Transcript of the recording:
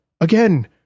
again